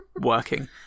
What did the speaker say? working